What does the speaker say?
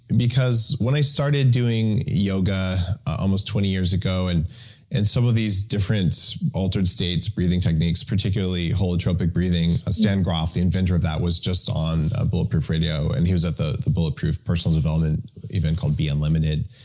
because when i started doing yoga almost twenty years ago, and and some of these different altered states, breathing techniques, particularly holotropic breathing. stan grof, the inventor of that was just one ah bulletproof radio, and he was at the the bulletproof personal development event called be unlimited.